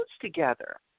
together